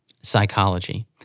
psychology